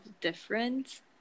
different